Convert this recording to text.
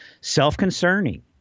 self-concerning